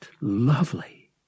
lovely